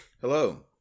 Hello